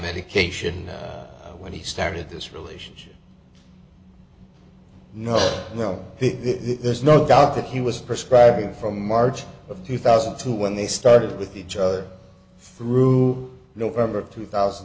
medication when he started this relationship no you know it there's no doubt that he was prescribing from march of two thousand and two when they started with each other through november of two thousand